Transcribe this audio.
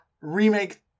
remake